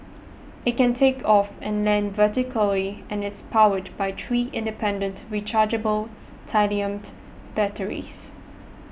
it can take off and land vertically and is powered by three independent rechargeable batteries